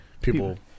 People